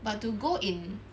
but to go in